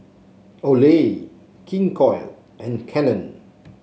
Olay King Koil and Canon